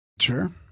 Sure